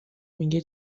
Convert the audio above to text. میگه